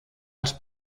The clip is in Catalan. als